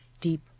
deep